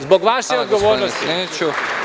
Zbog vaše odgovornosti.